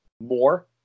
more